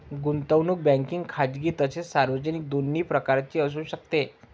गुंतवणूक बँकिंग खाजगी तसेच सार्वजनिक दोन्ही प्रकारची असू शकते